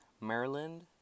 Maryland